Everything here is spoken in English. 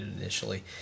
initially